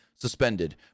suspended